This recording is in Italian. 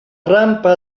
rampa